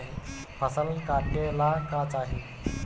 फसल काटेला का चाही?